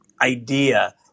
idea